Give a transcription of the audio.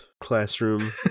classroom